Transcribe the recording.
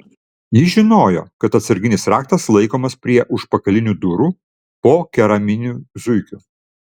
jis žinojo kad atsarginis raktas laikomas prie užpakalinių durų po keraminiu zuikiu